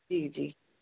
जी जी